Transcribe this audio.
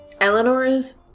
Eleanor's